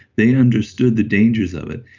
they understood the dangers of it.